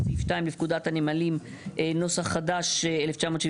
סעיף (2) לפקודת הנמלים נוסח חדש 1971"